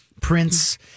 Prince